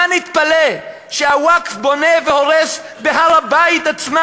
מה נתפלא שהווקף בונה והורס בהר-הבית עצמו